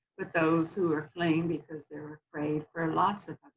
but those who are fleeing because they're afraid for lots of